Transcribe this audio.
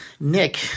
Nick